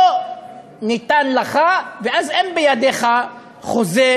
לא ניתן לך, ואז אין בידיך חוזה